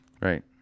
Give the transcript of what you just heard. Right